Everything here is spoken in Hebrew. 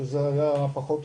שזה היה פחות,